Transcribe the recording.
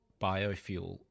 biofuel